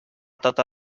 tota